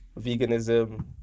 veganism